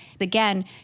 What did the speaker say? Again